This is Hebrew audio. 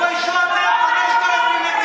תתביישו אתם, תתביישו אתם.